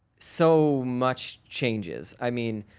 so much changes. i mean,